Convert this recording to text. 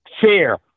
fear